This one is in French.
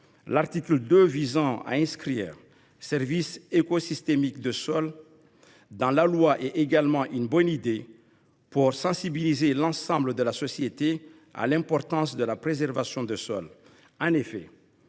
L’article 2 vise à mentionner les services écosystémiques des sols dans la loi, ce qui est également une bonne idée. Cela sensibilisera l’ensemble de la société à l’importance de la préservation des sols.